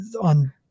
on